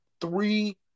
three